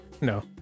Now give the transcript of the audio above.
No